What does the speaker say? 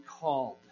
called